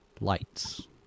lights